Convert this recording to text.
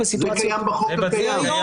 זה קיים בחוק הקיים.